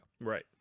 Right